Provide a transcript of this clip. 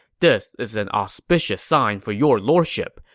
this is an auspicious sign for your lordship.